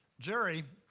jerry